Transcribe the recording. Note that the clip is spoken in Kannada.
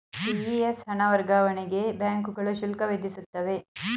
ಸಿ.ಇ.ಎಸ್ ಹಣ ವರ್ಗಾವಣೆಗೆ ಬ್ಯಾಂಕುಗಳು ಶುಲ್ಕ ವಿಧಿಸುತ್ತವೆ